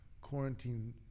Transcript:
quarantine